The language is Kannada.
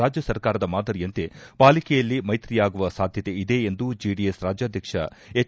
ರಾಜ್ಯ ಸರ್ಕಾರದ ಮಾದರಿಯಂತೆ ಪಾಲಿಕೆಯಲ್ಲಿ ಮೈತ್ರಿಯಾಗುವ ಸಾಧ್ಯತೆ ಇದೆ ಎಂದು ಜೆಡಿಎಸ್ ರಾಜ್ಯಾಧ್ಯಕ್ಷ ಎಚ್